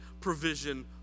provision